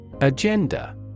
Agenda